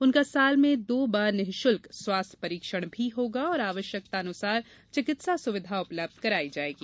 उनका साल में दो बार निःशुल्क स्वास्थ्य परीक्षण भी होगा और आवश्यकतानुसार चिकित्सा सुविधा उपलब्ध करायी जायेगी